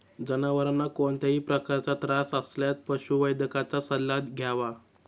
जनावरांना कोणत्याही प्रकारचा त्रास असल्यास पशुवैद्यकाचा सल्ला घ्यावा